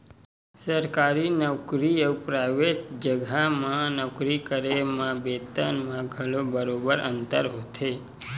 सरकारी नउकरी अउ पराइवेट जघा म नौकरी करे म बेतन म घलो बरोबर अंतर होथे